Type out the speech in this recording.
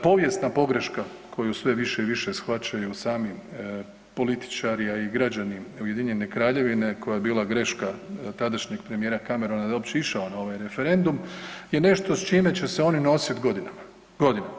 Povijesna pogreška koju sve više i više shvaćaju i sami političari a i građani Ujedinjene Kraljevine koja je bila greška tadašnjeg premijera Camerona da je uopće išao na ovaj referendum je nešto s čime će se oni nositi godinama.